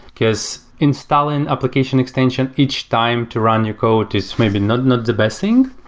because installing application extension each time to run your code is maybe not not the best thing.